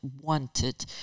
wanted